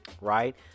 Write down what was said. Right